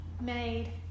made